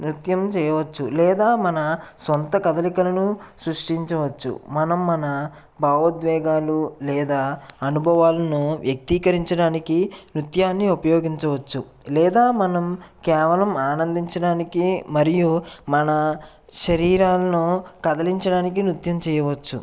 నృత్యం చేయవచ్చు లేదా మన సొంత కదలికలను సృష్టించవచ్చు మనం మన భావోద్వేగాలు లేదా అనుభవాలను వ్యక్తీకరించడానికి నృత్యాన్ని ఉపయోగించవచ్చు లేదా మనం కేవలం ఆనందించడానికే మరియు మన శరీరాలను కదలించడానికి నృత్యం చేయవచ్చు